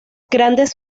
grandes